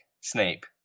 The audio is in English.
Snape